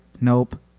nope